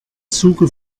zuge